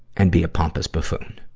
and be a pompous buffoon.